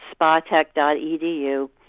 Spatech.edu